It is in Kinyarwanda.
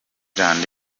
zealand